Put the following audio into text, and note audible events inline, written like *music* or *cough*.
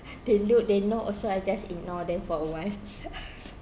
they look they know also I just ignore them for awhile *laughs*